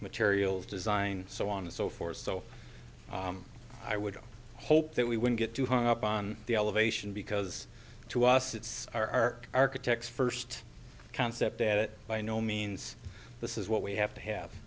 materials design so on and so forth so i would hope that we wouldn't get too hung up on the elevation because to us it's our architects first concept and it by no means this is what we have to have